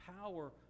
power